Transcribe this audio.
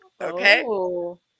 Okay